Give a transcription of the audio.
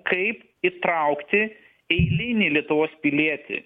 kaip įtraukti eilinį lietuvos pilietį